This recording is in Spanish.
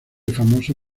famoso